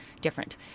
different